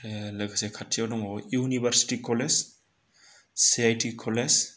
आरो लोगोसे खाथियाव दङ इउनिभार्सिटि कलेज सिआइटि कलेज